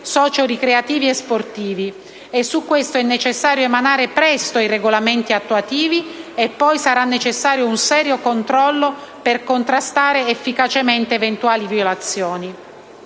socio ricreativi e sportivi. Su questo punto è necessario emanare presto i regolamenti attuativi, poi sarà necessario un serio controllo per contrastare efficacemente eventuali violazioni.